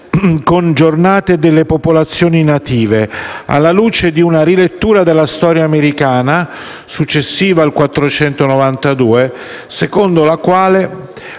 con Giornate delle popolazioni native, alla luce di una rilettura della storia americana successiva al 1492, secondo la quale